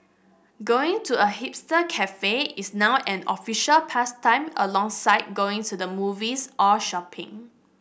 going to a hipster cafe is now an official pastime alongside going to the movies or shopping